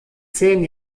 zehn